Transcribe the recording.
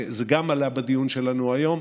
וגם זה עלה בדיון שלנו היום,